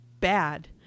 bad